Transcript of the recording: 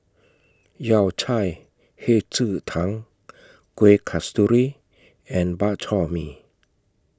Yao Cai Hei Ji Tang Kuih Kasturi and Bak Chor Mee